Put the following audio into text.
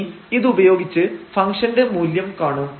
ഇനി ഇത് ഉപയോഗിച്ച് ഫംഗ്ഷൻറെ മൂല്യം കാണും